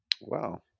Wow